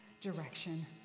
direction